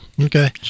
Okay